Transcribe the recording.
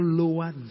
lower